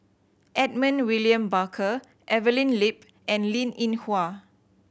Edmund William Barker Evelyn Lip and Linn In Hua